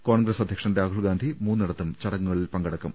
കോൺഗ്രസ് അധ്യക്ഷൻ രാഹുൽഗാന്ധി മൂന്നിടത്തും ചടങ്ങുകളിൽ പങ്കെടുക്കും